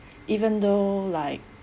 even though like